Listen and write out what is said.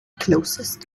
closest